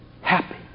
Happy